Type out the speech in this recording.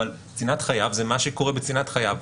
אבל צנעת חייו זה מה שקורה בצנעת חייו.